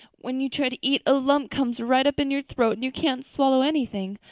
when you try to eat a lump comes right up in your throat and you can't swallow anything,